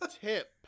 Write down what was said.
tip